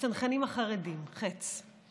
בצנחנים החרדים, ח"ץ.